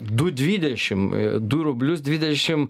du dvidešim du rublius dvidešim